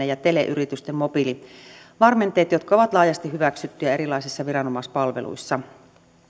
ja teleyritysten mobiilivarmenteet jotka ovat laajasti hyväksyttyjä erilaisissa viranomaispalveluissa